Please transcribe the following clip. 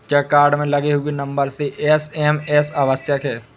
क्या कार्ड में लगे हुए नंबर से ही एस.एम.एस आवश्यक है?